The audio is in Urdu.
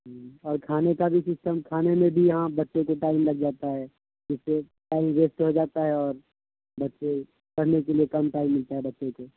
ہوں اور کھانے کا بھی سسٹم کھانے میں بھی یہاں بچے کو ٹائم لگ جاتا ہے جس سے ٹائم ویسٹ ہو جاتا ہے اور بچے پڑھنے کے لیے کم ٹائم ملتا ہے بچے کو